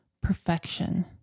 perfection